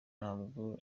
ntabwo